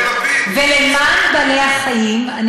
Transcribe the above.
--- זכויות של --- למען בעלי-החיים,